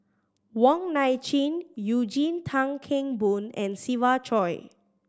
Wong Nai Chin Eugene Tan Kheng Boon and Siva Choy